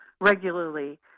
regularly